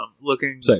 looking